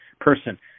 person